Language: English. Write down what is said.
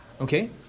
Okay